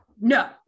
no